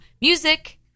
music